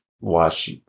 watch